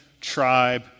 tribe